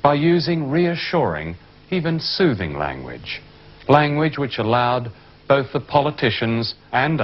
by using reassuring even soothing language a language which allowed both the politicians and